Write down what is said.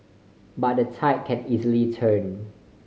but the tide can easily turn